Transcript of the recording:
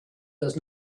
does